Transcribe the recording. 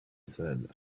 said